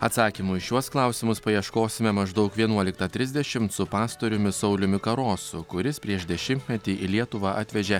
atsakymų į šiuos klausimus paieškosime maždaug vienuoliktą trisdešimt su pastoriumi sauliumi karosu kuris prieš dešimtmetį į lietuvą atvežė